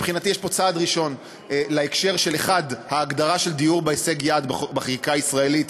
מבחינתי יש פה צעד ראשון להקשר של: 1. ההגדרה של דיור בהישג יד בחקיקה הישראלית,